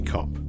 Cop